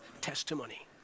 testimony